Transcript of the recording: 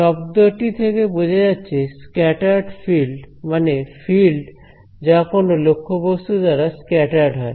শব্দটি থেকে বোঝা যাচ্ছে স্ক্যাটার্ড ফিল্ড মানে ফিল্ড যা কোন লক্ষ্যবস্তু দ্বারা স্ক্যাটার্ড হয়